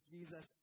Jesus